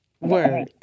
Word